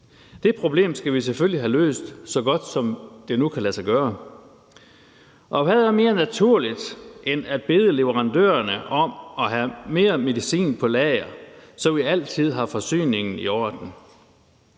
Det problem skal vi selvfølgelig have løst, så godt som det nu kan lade sig gøre. Og hvad er mere naturligt end at bede leverandørerne om at have mere medicin på lager, så vi altid har forsyningerne i orden?